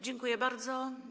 Dziękuję bardzo.